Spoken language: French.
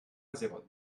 azerot